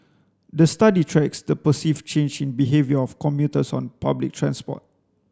the study tracks the perceived change in behaviour of commuters on public transport